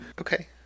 Okay